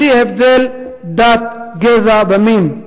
בלי הבדל דת, גזע ומין,